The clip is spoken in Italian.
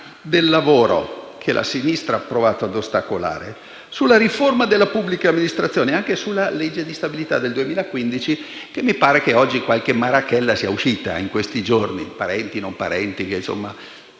del lavoro che la sinistra ha provato ad ostacolare, sulla riforma della pubblica amministrazione e anche sulla legge di stabilità del 2015, della quale mi pare che qualche marachella sia emersa in questi giorni, a proposito di parenti o non